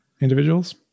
individuals